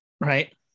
Right